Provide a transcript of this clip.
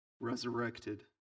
resurrected